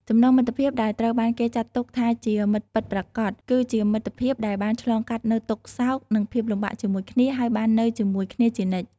ចំណងមិត្តភាពដែលត្រូវបានគេចាត់ទុកថាជាមិត្តពិតប្រាកដគឺជាមិត្តភាពដែលបានឆ្លងកាត់នូវទុក្ខសោកនិងភាពលំបាកជាមួយគ្នា ហើយបាននៅជាមួយគ្នាជានិច្ច។